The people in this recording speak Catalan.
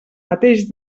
mateix